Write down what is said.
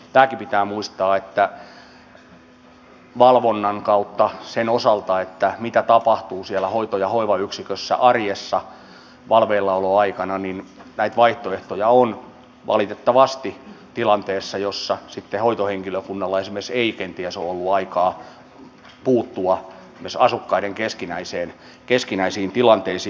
tämäkin pitää muistaa että valvonnan kautta sen osalta mitä tapahtuu siellä hoito ja hoivayksikössä arjessa valveillaoloaikana näitä vaihtoehtoja on valitettavasti tilanteessa jossa sitten hoitohenkilökunnalla esimerkiksi ei kenties ole ollut aikaa puuttua myöskään asukkaiden keskinäisiin tilanteisiin